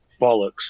Bollocks